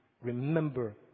remember